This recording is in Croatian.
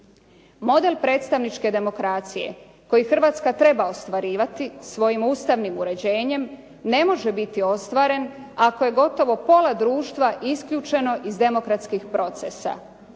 Model predstavničke demokracije koji Hrvatska treba ostvarivati svojim ustavnim uređenjem ne može biti ostvaren ako je gotovo pola društva isključeno iz demokratskih procesa.